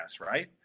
right